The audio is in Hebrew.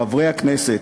חברי הכנסת,